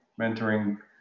mentoring